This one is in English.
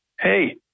hey